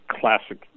classic